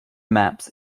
maps